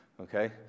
Okay